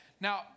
Now